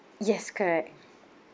yes correct